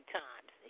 times